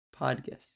Podcast